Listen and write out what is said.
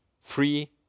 free